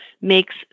makes